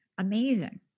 amazing